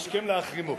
השכם להחרימו.